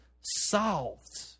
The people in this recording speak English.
solved